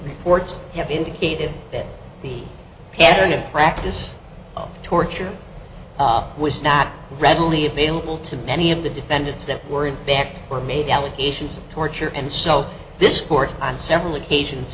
reports have indicated that the pattern of practice torture was not readily available to many of the defendants that were in there were made allegations of torture and so this court on several occasions